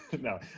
no